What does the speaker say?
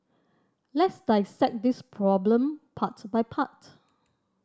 let's dissect this problem part by part